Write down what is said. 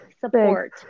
support